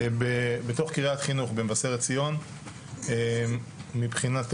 בתוך קריית חינוך, במבשרת ציון.